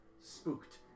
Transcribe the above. Spooked